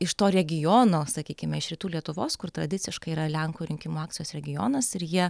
iš to regiono sakykime iš rytų lietuvos kur tradiciškai yra lenkų rinkimų akcijos regionas ir jie